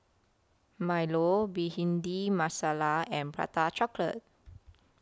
Milo Bhindi Masala and Prata Chocolate